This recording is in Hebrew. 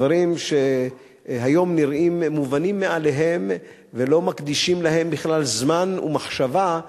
דברים שהיום נראים מובנים מאליהם ולא מקדישים להם בכלל זמן ומחשבה,